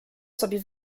sobie